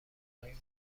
کنی